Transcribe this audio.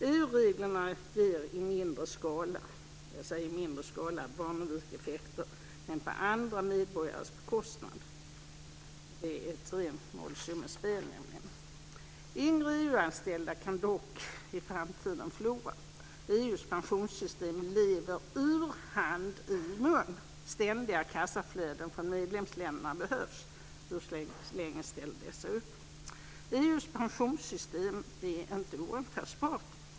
EU reglerna ger i mindre skala - jag säger "i mindre skala" - Barnevikeffekter, men på andra medborgares bekostnad. Det är nämligen ett rent nollsummespel. Yngre EU-anställda kan dock i framtiden förlora. EU:s pensionssystem lever ur hand i mun. Ständiga kassaflöden från medlemsländerna behövs. Hur länge ställer dessa upp? EU:s pensionssystem är inte oantastbart.